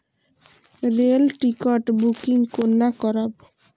Rail ticket booking कोना करब?